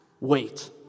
wait